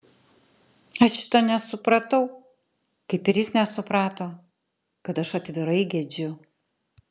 aš šito nesupratau kaip ir jis nesuprato kad aš atvirai gedžiu